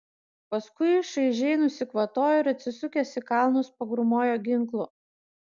paskui šaižiai nusikvatojo ir atsisukęs į kalnus pagrūmojo ginklu